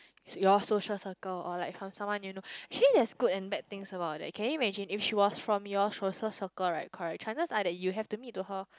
it's your social circle or like from someone you know she there is good thing and bad thing about that can you imagine if she was from your social circle right correct chances that you have to meet to her